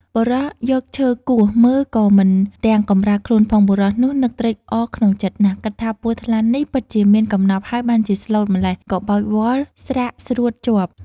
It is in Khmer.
បុរសយកឈើគោះមើលក៏មិនទាំង កំរើកខ្លួនផង បុរសនោះនឹកត្រេកអរក្នុងចិត្ដណាស់ គិតថាពស់ថ្លាន់នេះ ពិតជាមានកំណប់ហើយបានជាស្លូតម្ល៉េះ ក៏បោចវល្លិ៍ស្រាក់ស្រួតជាប់។